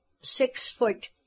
six-foot